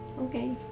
okay